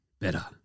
better